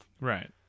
right